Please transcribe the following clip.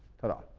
ta-da.